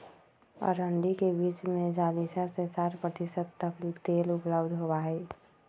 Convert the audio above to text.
अरंडी के बीज में चालीस से साठ प्रतिशत तक तेल उपलब्ध होबा हई